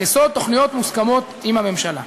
על יסוד תוכניות מוסכמות עם הממשלה.